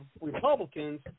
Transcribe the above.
Republicans